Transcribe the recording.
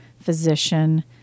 physician